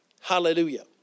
Hallelujah